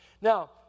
Now